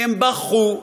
הם בכו,